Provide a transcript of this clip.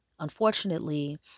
Unfortunately